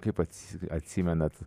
kaip atsi atsimenat